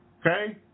Okay